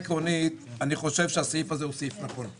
אני חושב שזה סעיף נכון.